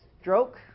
stroke